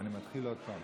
אני מתחיל עוד פעם.